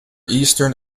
eastern